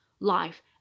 life